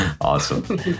Awesome